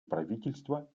правительства